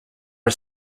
are